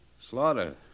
Slaughter